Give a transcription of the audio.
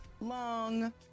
Long